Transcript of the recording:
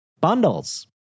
bundles